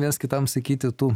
viens kitam sakyti tu